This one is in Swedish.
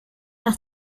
att